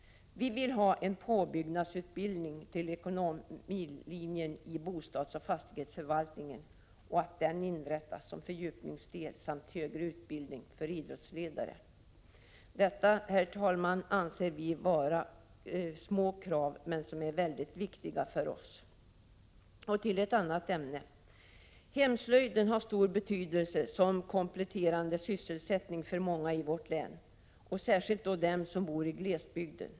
Vi vill ha en påbyggnadsutbildning till ekonomilinjen i bostadsoch fastighetsförvaltning och att den inrättas som fördjupningsdel. Vi vill också ha en högre utbildning för idrottsledare. Detta anser vi är små krav, som emellertid är mycket viktiga för oss. Så till ett annat ämne. Hemslöjden har stor betydelse som kompletterande sysselsättning för många i vårt län, särskilt för dem som bor i glesbygden.